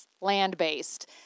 land-based